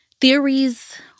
theories